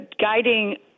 guiding